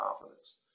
confidence